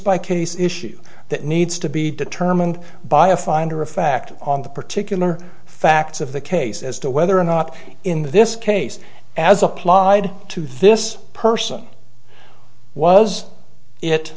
by case issue that needs to be determined by a finder of fact on the particular facts of the case as to whether or not in this case as applied to this person w